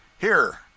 Here